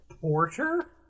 Porter